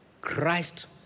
Christ